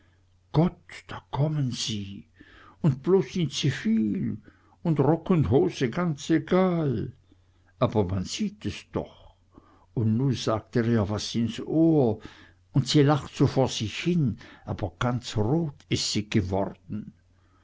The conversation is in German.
gott da kommen sie und bloß in zivil un rock un hose ganz egal aber man sieht es doch und nu sagt er ihr was ins ohr und sie lacht so vor sich hin aber ganz rot is sie geworden